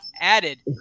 added